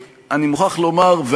אני חושב שזו סוגיה חמורה במיוחד.